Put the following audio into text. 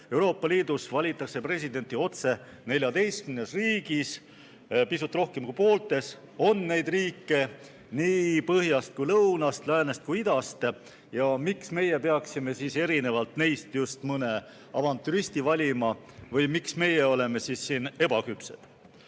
Euroopa Liidus valitakse presidenti otse 14 riigis, pisut rohkem kui pooltes. On neid riike nii põhjas kui ka lõunas, nii läänes kui ka idas. Miks meie peaksime erinevalt neist mõne avantüristi valima või miks meie oleme siin ebaküpsed?